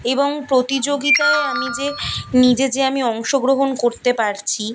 এবং প্রতিযোগিতায় আমি যে নিজে যে আমি অংশগ্রহণ করতে পারছি